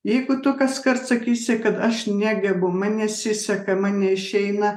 jeigu tu kaskart sakysi kad aš negebu man nesiseka man neišeina